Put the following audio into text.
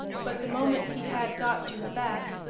but the moment he had got to her back,